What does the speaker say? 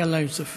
יאללה, יוסף.